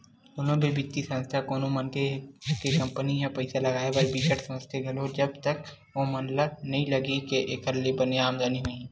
कोनो भी बित्तीय संस्था कोनो मनखे के कंपनी म पइसा लगाए बर बिकट सोचथे घलो जब तक ओमन ल नइ लगही के एखर ले बने आमदानी होही